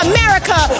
America